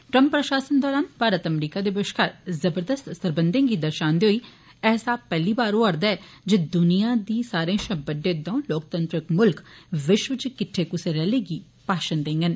Trump प्रशासन दरान Bharat America दे बश्कार जबरदस्त सरबंघें गी दर्शांदे होई ऐसा पैह्ली बार होआ करदा ऐ जे दुनिया दी सारे शां बड्डे दऊं लोकतांत्रिक मुल्ख विश्व च किट्ठै कुसा रैली च भाषण देंगन